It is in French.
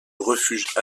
refuge